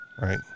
right